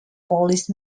polish